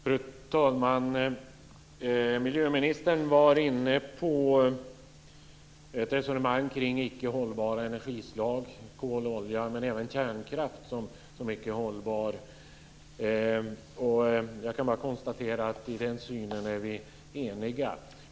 Fru talman! Miljöministern var inne på ett resonemang om icke hållbara energislag, kol, olja och även kärnkraft. I den synen är vi eniga.